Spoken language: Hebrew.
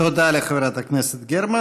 תודה לחברת הכנסת גרמן.